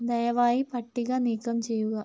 ദയവായി പട്ടിക നീക്കം ചെയ്യുക